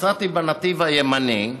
נסעתי בנתיב הימני,